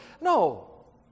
No